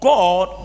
God